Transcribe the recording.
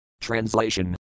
Translation